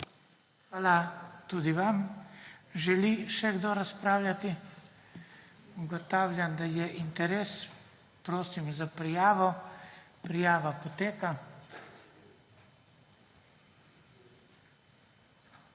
Hvala tudi vam. Želi še kdo razpravljati? Ugotavljam, da je interes. Prosim za prijavo, prijava poteka. Imamo